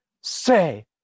say